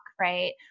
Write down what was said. right